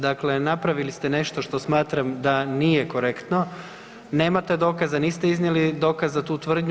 Dakle, napravili ste nešto što smatram da nije korektno, nemate dokaza, niste iznijeli dokaz za tu tvrdnju.